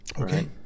Okay